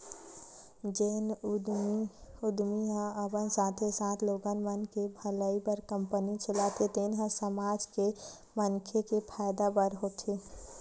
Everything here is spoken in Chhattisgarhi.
जेन उद्यमी ह अपन साथे साथे लोगन मन के भलई बर कंपनी चलाथे तेन ह समाज के मनखे के फायदा बर होथे